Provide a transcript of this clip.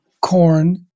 corn